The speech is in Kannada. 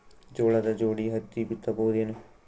ಜೋಳದ ಜೋಡಿ ಹತ್ತಿ ಬಿತ್ತ ಬಹುದೇನು?